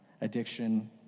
addiction